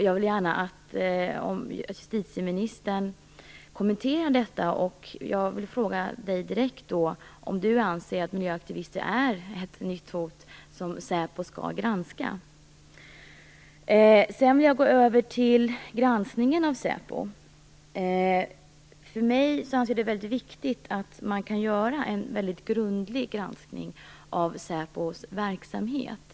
Jag vill gärna att justitieministern kommenterar detta. Jag vill fråga henne direkt om hon anser att miljöaktivister är ett nytt hot som säpo skall granska. Jag går sedan över till granskningen av säpo. För mig är det väldigt viktigt att man kan göra en väldigt grundlig granskning av säpos verksamhet.